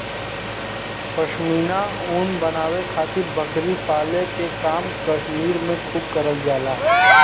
पश्मीना ऊन बनावे खातिर बकरी पाले के काम कश्मीर में खूब करल जाला